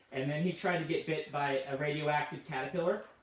and then he tried to get bit by a radioactive caterpillar.